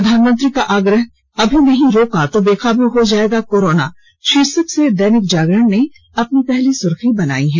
प्रधानमंत्री का आग्रह अभी नहीं रोका तो बेकाबू हो जायेगा कोरोना शीर्षक से दैनिक जागरण ने अपनी पहली सुर्खी बनाया है